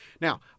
Now